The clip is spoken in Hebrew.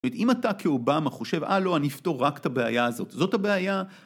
זאת אומרת אם אתה כאובמה חושב אה לא אני אפתור רק את הבעיה הזאת זאת הבעיה